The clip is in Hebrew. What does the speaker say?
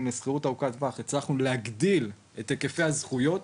לשכירות ארוכת טווח הצלחנו להגדיל את היקפי הזכויות.